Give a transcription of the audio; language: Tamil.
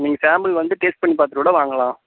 நீங்கள் சாம்பிள் வந்து டேஸ்ட் பண்ணி பார்த்துட்டு கூட வாங்கலாம்